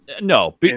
No